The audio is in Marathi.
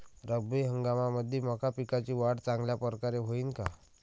रब्बी हंगामामंदी मका पिकाची वाढ चांगल्या परकारे होईन का?